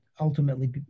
ultimately